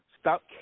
stop